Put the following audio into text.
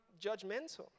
judgmental